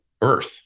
earth